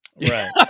Right